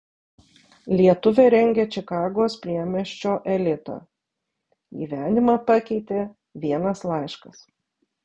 lietuvė rengia čikagos priemiesčio elitą gyvenimą pakeitė vienas laiškas